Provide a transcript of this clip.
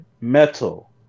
metal